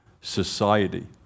society